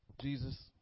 Jesus